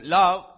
love